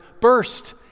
Burst